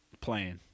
playing